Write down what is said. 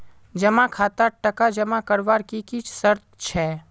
जमा खातात टका जमा करवार की की शर्त छे?